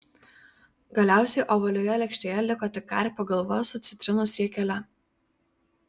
galiausiai ovalioje lėkštėje liko tik karpio galva su citrinos riekele